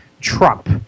Trump